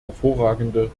hervorragende